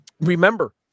remember